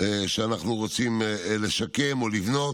שאנחנו רוצים לשקם או לבנות,